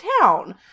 town